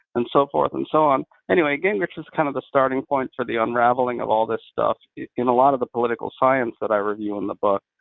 and so forth and so on. anyway, gingrich is kind of the starting point for the unraveling of all this stuff in a lot of the political science that i review in the book.